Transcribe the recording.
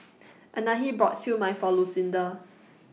Anahi bought Siew Mai For Lucinda